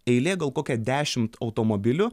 eilė gal kokia dešimt automobilių